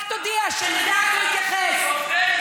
רק תודיע, שנדע איך להתייחס.